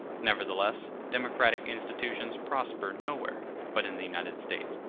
nevertheless, democratic institutions prosper nowhere but in the united states.